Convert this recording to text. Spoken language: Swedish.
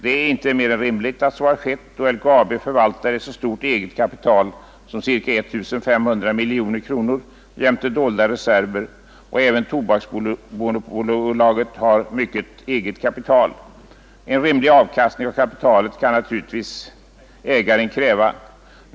Det är inte mer än rimligt att så har skett, då LKAB förvaltar ett så stort eget kapital som cirka 1 500 miljoner kronor jämte dolda reserver och även Tobaksbolaget har ett mycket stort eget kapital. En rimlig avkastning av kapitalet kan naturligtvis ägaren kräva.